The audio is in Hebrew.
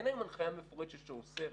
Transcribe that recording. אין היום הנחיה מפורשת שאוסרת,